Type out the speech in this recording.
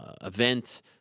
event